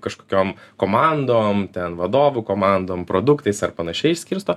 kažkokiom komandom ten vadovų komandom produktais ar panašiai išskirsto